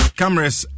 cameras